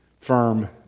firm